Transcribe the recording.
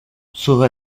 sus